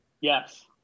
Yes